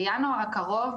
בינואר הקרוב,